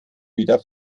wieder